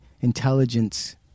intelligence